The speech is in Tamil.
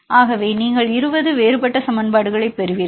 எனவே நீங்கள் 20 வேறுபட்ட சமன்பாடுகளைப் பெறுவீர்கள்